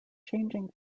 changing